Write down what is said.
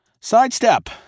Sidestep